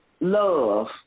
Love